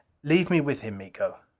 leave me with him, miko.